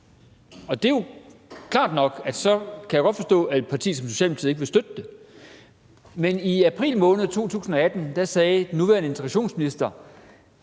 Det er jo klart nok, at så kan jeg godt forstå, at et parti som Socialdemokratiet ikke vil støtte det. Men i april måned 2018 sagde den nuværende integrationsminister